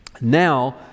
Now